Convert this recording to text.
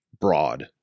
broad